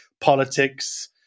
politics